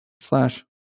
slash